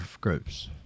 groups